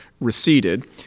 receded